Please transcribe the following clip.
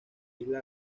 isla